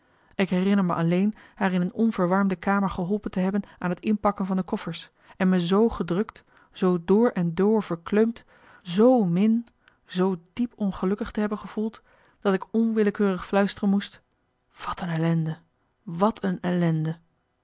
ik herinner me alleen haar in een onverwarmde kamer geholpen te hebben aan het inpakken van de koffers en me z gedrukt zoo door en door verkleumd z min zoo diep ongelukkig te hebben gevoeld dat ik onwillekeurig fluisteren moest wat een ellende wat een ellende